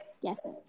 yes